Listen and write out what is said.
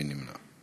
מי נמנע?